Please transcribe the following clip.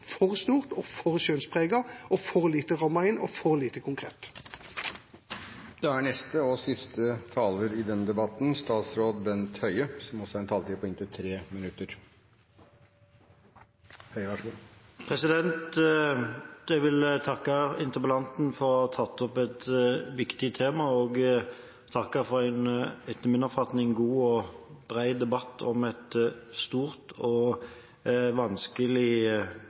for stor, for skjønnspreget, for lite rammet inn og for lite konkret. Jeg vil takke interpellanten for å ha tatt opp et viktig tema og takke for en, etter min oppfatning, god og bred debatt om et stort og vanskelig